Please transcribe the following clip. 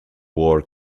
war